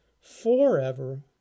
forever